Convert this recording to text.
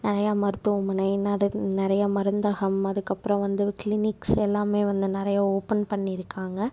நிறையா மருத்துவமனை நட நிறையா மருந்தகம் அதுக்கப்றம் வந்து கிளீனிக்ஸ் எல்லாமே வந்து நிறையா ஓப்பன் பண்ணி இருக்காங்க